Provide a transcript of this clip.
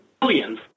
billions